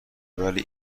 ولی